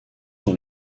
dans